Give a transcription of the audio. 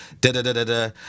Da-da-da-da-da